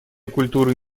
культуры